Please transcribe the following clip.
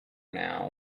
now